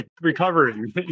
recovering